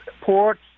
ports